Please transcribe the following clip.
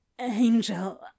Angel